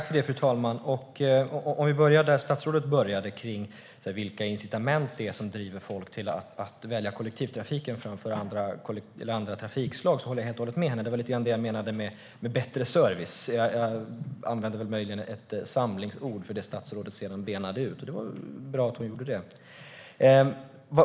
Fru talman! Om vi börjar där statsrådet började, kring vilka incitament det är som driver folk till att välja kollektivtrafiken framför andra trafikslag, håller jag helt och hållet med henne. Det var lite grann det jag menade med bättre service. Jag använde möjligen ett samlingsord för det som statsrådet sedan benade ut, och det var bra att hon gjorde det.